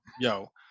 Yo